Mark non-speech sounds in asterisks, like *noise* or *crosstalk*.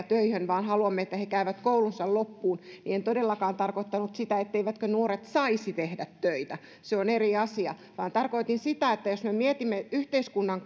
*unintelligible* töihin vaan haluamme että he käyvät koulunsa loppuun niin en todellakaan tarkoittanut sitä etteivätkö nuoret saisi tehdä töitä se on eri asia vaan tarkoitin sitä että jos me mietimme yhteiskunnan *unintelligible*